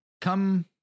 come